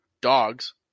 Dogs